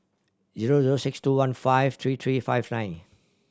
zero zero six two one five three three five nine